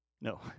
No